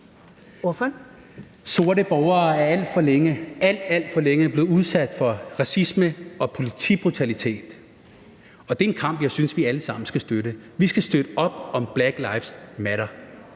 Sorte borgere er alt, alt for længe blevet udsat for racisme og politibrutalitet, og det er en kamp, jeg synes vi alle sammen skal støtte. Vi skal støtte op om Black Lives Matter,